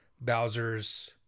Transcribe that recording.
bowser's